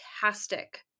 fantastic